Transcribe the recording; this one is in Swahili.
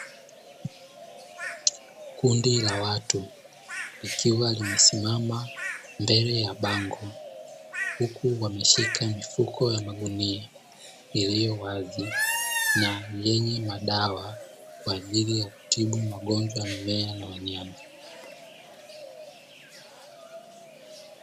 Kundi la watu likiwa limesimama mbele ya bango huku wameshika mifuko ya magunia iliyowazi na yenye madawa kwa ajili ya kutibu magonjwa ya mimea na wanyama.